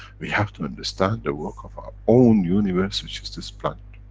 we have to understand the work of our own universe, which is this planet.